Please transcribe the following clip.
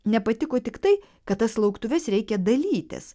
nepatiko tiktai kad tas lauktuves reikia dalytis